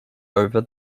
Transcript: over